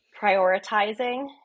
prioritizing